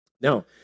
Now